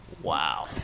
Wow